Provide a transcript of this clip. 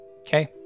Okay